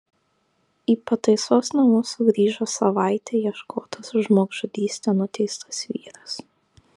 į pataisos namus sugrįžo savaitę ieškotas už žmogžudystę nuteistas vyras